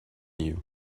you